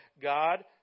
God